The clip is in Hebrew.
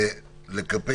אני רוצה לחזור ולהגיד,